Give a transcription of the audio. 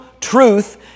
truth